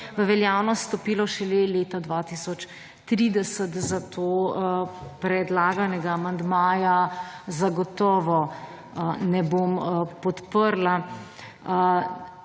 v veljavnost stopila šele leta 2030, zato predlaganega amandmaja zagotovo ne bom podprla.